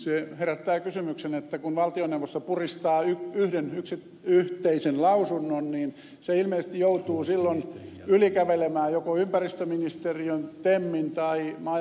se herättää kysymyksen että kun valtioneuvosto puristaa yhden yhteisen lausunnon niin se ilmeisesti joutuu silloin ylikävelemään joko ympäristöministeriön temmin tai maa ja metsätalousministeriön näkökulmien yli